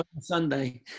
Sunday